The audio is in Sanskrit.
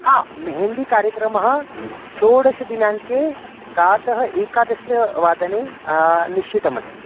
हा मेहन्दीकार्यक्रमः षोडशदिनाङ्के प्रातः एकादशवादने निश्चितमस्ति